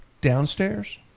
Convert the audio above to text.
downstairs